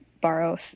borrow